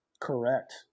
Correct